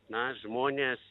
na žmonės